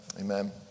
Amen